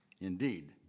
Indeed